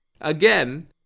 again